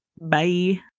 Bye